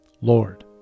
Lord